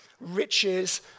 riches